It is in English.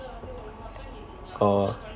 orh